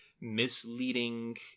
misleading